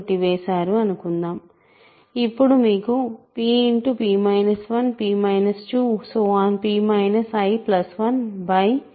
కొట్టివేసారు అనుకుందాం అప్పుడు మీకు p